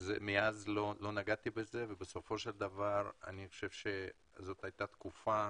מאז לא נגעתי בזה ובסופו של דבר זו הייתה תקופה